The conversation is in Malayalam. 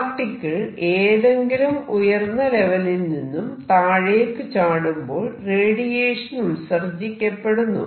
പാർട്ടിക്കിൾ ഏതെങ്കിലും ഉയർന്ന ലെവലിൽ നിന്നും താഴേക്ക് ചാടുമ്പോൾ റേഡിയേഷൻ ഉത്സർജിക്കപ്പെടുന്നു